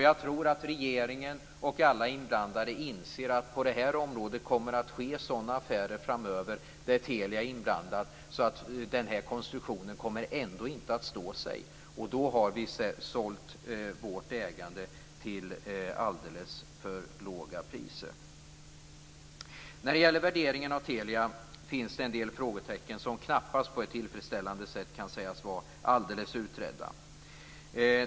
Jag tror att regeringen och alla inblandade inser att på det här området kommer det att ske sådana affärer framöver där Telia är inblandat att den här konstruktionen ändå inte kommer att stå sig. Då har vi sålt vårt ägande till alldeles för låga priser. När det gäller värderingen av Telia finns det en del frågetecken som knappast på ett tillfredsställande sätt kan sägas vara alldeles utredda.